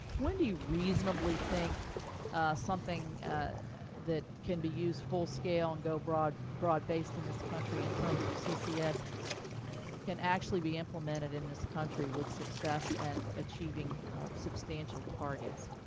when do you reasonably think something that can be used full scale and go broad broad based in this country in terms of when ccs can actually be implemented in this country with success and achieving substantial targets?